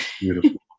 Beautiful